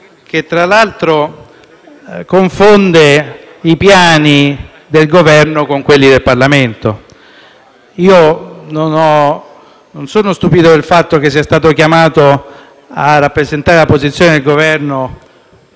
che, tra l'altro, confonde il piano del Governo con quello del Parlamento. Non sono stupito del fatto che a rappresentare la posizione del Governo